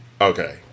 Okay